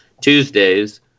Tuesdays